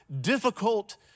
difficult